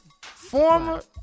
Former